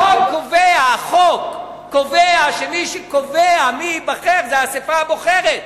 החוק קובע שמי שקובע מי ייבחר זה האספה הבוחרת.